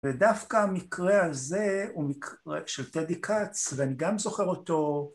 ודווקא המקרה הזה הוא מקרה של טדי קץ, ואני גם זוכר אותו.